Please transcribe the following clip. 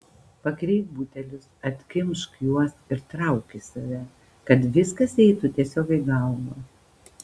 pakreipk butelius atkimšk juos ir trauk į save kad viskas eitų tiesiog į galvą